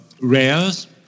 rares